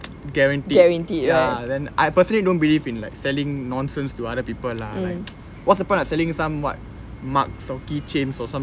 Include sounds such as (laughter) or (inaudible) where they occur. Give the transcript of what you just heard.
guaranteed ya then I personally don't believe in like selling nonsense to other people lah like (noise) what's the point of selling some what mugs or key chains or some